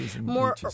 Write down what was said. more